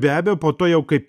be abejo po to jau kaip